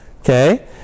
Okay